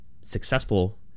successful